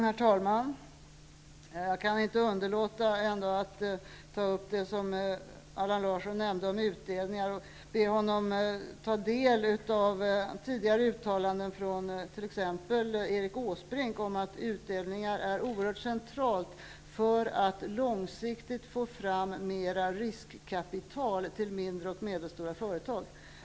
Herr talman! Jag kan inte underlåta att ta upp det som Allan Larsson nämnde om utdelningar och be honom att ta del av tidigare uttalanden av t.ex. Erik Åsbrink om att utdelningar är oerhört centrala för att långsiktigt få fram mer riskkapital till mindre och medelstora förtag.